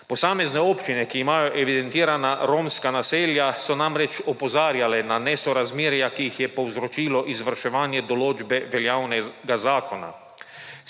Posamezne občine, ki imajo evidentirana romska naselja, so namreč opozarjale na nesorazmerja, ki jih je povzročilo izvrševanje določbe veljavnega zakona.